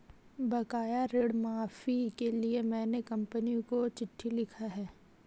बकाया ऋण माफी के लिए मैने कंपनी को चिट्ठी लिखा है